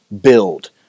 build